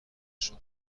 شده